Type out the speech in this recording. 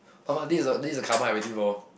what about this what about this the carbon I waiting for